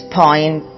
point